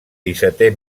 dissetè